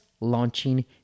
launching